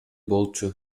болчу